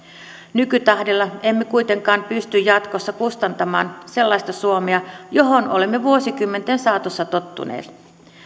nykytahdilla emme kuitenkaan pysty jatkossa kustantamaan sellaista suomea johon olemme vuosikymmenten saatossa tottuneet